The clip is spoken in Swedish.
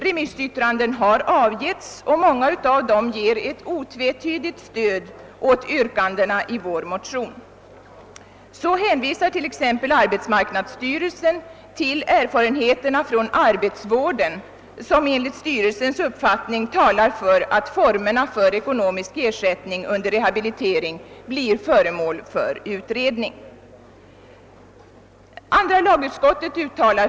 Remissyttranden har infordrats, och många av dem ger ett otvetydigt stöd åt yrkandena i vår motion. Så hänvisar t.ex. arbetsmarknadsstyrelsen till erfarenheterna från arbetsvården, som enligt styrelsens 'uppfattning talar för att formerna för ekonomisk ersättning under rehabilitering blir föremål för utredning.